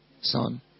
Son